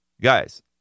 Guys